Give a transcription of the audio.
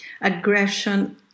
aggression